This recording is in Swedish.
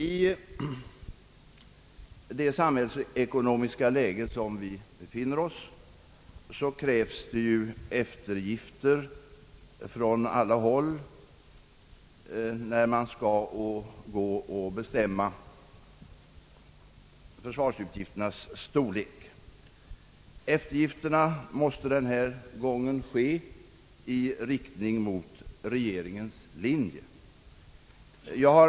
I det samhällsekonomiska läge i vilket vi befinner oss krävs det ju eftergifter från alla håll när försvarsutgif ternas storlek skall bestämmas. Eftergifterna måste den här gången ske i riktning mot regeringens linje.